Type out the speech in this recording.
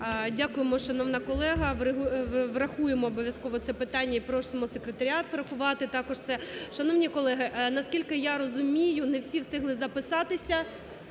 Дякуємо, шановна колега, врахуємо обов'язково це питання і просимо секретаріат врахувати також це. Шановні колеги, на скільки я розумію не всі встигли записатися